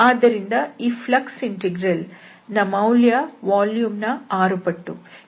ಆದ್ದರಿಂದ ಈ flux integral ನ ಮೌಲ್ಯ ವಾಲ್ಯೂಮ್ ನ 6 ಪಟ್ಟು